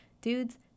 Dudes